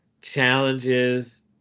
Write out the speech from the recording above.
challenges